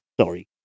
Sorry